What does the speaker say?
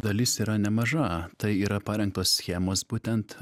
dalis yra nemaža tai yra parengtos schemos būtent